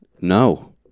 no